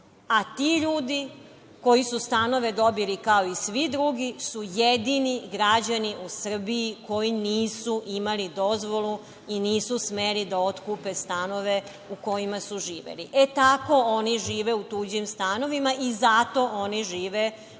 a ti ljudi koji su stanove dobili kao i svi drugi su jedini građani u Srbiji koji nisu imali dozvolu i nisu smeli da otkupe stanove u kojima su živeli. E, tako oni žive u tuđim stanovima, i zato oni žive